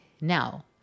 Now